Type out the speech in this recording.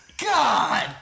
God